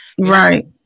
right